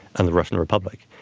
and the ruffner republic.